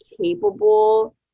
capable